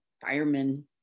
firemen